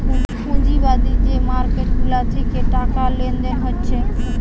পুঁজিবাদী যে মার্কেট গুলা থিকে টাকা লেনদেন হচ্ছে